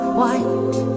white